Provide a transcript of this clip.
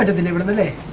and the level of the none